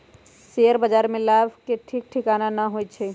share बाजार में लाभ के ठीक ठिकाना न होइ छइ